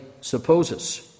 supposes